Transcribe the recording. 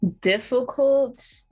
Difficult